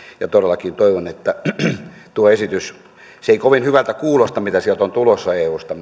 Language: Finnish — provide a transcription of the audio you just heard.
ja todellakin toivon että vaikka tuo esitys ei kovin hyvältä kuulosta mitä on tulossa eusta